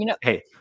hey